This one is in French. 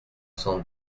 cent